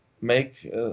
make